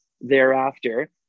thereafter